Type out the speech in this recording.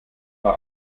war